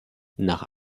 nach